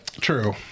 True